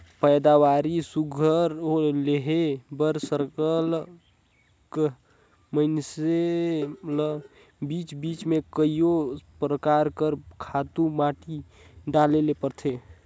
पएदावारी सुग्घर लेहे बर सरलग मइनसे ल बीच बीच में कइयो परकार कर खातू माटी डाले ले परथे